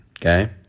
Okay